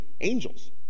Angels